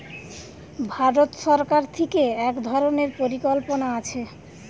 ভারত সরকার থিকে এক ধরণের পরিকল্পনা আছে